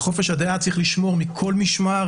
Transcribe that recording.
על חופש הדעה צריך לשמור מכל משמר,